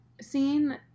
seen